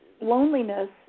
loneliness